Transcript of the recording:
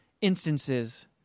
instances